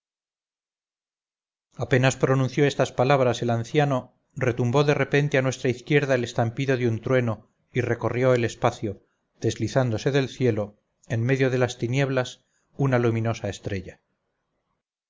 apenas pronunció estas palabras el anciano retumbó de repente a nuestra izquierda el estampido de un trueno y recorrió el espacio deslizándose del cielo en medio de las tinieblas una luminosa estrella